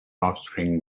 offspring